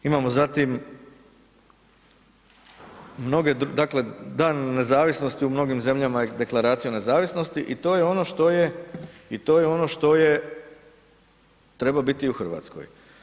Imamo zatim mnoge, dakle, dan nezavisnosti u mnogim zemljama je deklaracija o nezavisnosti i to je ono što je, to je ono što je treba biti u Hrvatskoj.